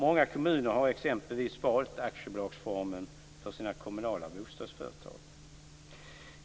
Många kommuner har exempelvis valt aktiebolagsformen för sina kommunala bostadsföretag.